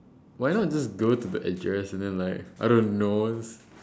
why not just go to the address and then like I don't know